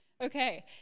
Okay